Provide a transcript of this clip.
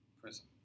prison